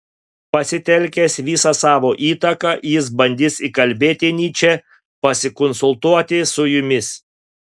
pasitelkęs visą savo įtaką jis bandys įkalbėti nyčę pasikonsultuoti su jumis